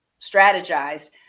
strategized